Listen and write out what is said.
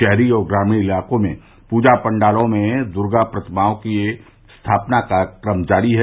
शहरी और ग्रामीण इलाको में पूजा पंडालो में दुर्गा प्रतिमाओं की स्थापना का क्रम जारी है